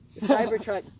Cybertruck